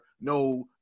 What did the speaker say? no